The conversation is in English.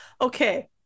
Okay